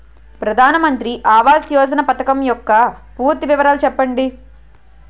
ప్రధాన మంత్రి ఆవాస్ యోజన పథకం యెక్క పూర్తి వివరాలు చెప్పండి?